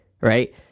right